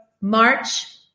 March